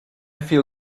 feel